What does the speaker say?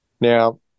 Now